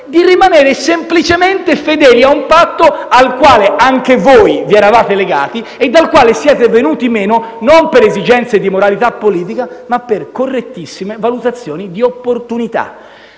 di rimanere semplicemente fedeli ad un patto al quale anche voi vi eravate legati e dal quale siete venuti meno non per esigenze di moralità politica ma per correttissime valutazioni di opportunità?